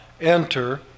enter